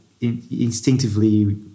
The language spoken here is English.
instinctively